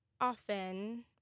often